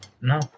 No